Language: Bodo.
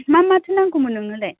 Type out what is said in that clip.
मा माथो नांगौमोन नोंनोलाय